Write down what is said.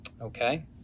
Okay